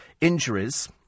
injuries